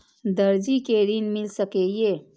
दर्जी कै ऋण मिल सके ये?